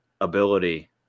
ability